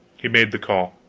he made the call.